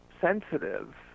sensitive